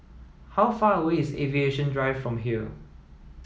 how far away is Aviation Drive from here